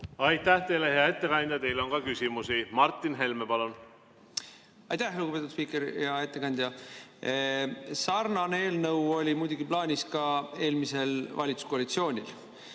Aitäh, hea ettekandja! Teile on ka küsimusi. Martin Helme, palun! Aitäh, lugupeetud spiiker! Hea ettekandja! Sarnane eelnõu oli muidugi plaanis ka eelmisel valitsuskoalitsioonil.